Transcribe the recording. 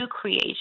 creation